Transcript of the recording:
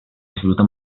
disfruta